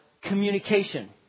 communication